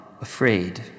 afraid